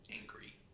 angry